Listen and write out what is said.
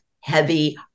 heavy